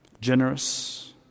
generous